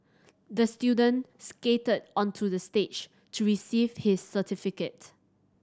the student skated onto the stage to receive his certificate